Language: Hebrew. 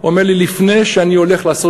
הוא אמר לי: לפני שאני הולך לעשות